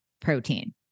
protein